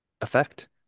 effect